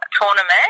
tournament